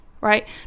right